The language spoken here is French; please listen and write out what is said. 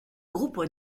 groupe